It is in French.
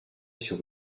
sur